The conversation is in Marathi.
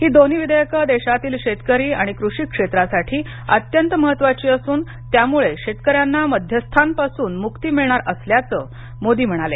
ही दोन्ही विधेयक देशातील शेतकरी आणि कृषी क्षेत्रासाठी अत्यंत महत्वाची असून यामुळं शेतकऱ्यांना मध्यस्थांपासून मुक्ती मिळणार असल्याचं मोदी म्हणाले